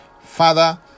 father